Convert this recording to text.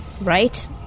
Right